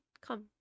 Come